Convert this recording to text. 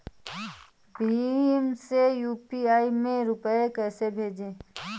भीम से यू.पी.आई में रूपए कैसे भेजें?